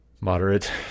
moderate